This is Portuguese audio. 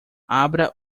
abra